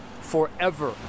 Forever